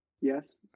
Yes